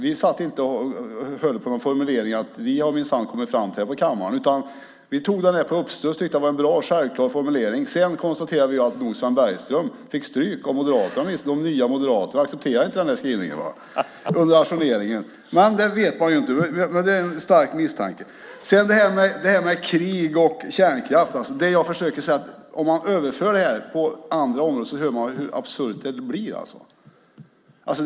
Vi satt inte och höll på någon formulering som vi skulle ha kommit fram till på kammaren. Vi tyckte att det var en bra och självklar formulering. Sedan konstaterade jag att Sven Bergström fick stryk av Moderaterna under ajourneringen. Nya moderaterna accepterar inte skrivningen. Nej, det vet man inte, men det är en stark misstanke! Sedan var det frågan om krig och kärnkraft. Vad jag försöker säga är att om detta överförs till andra områden kan man höra hur absurt det kan bli.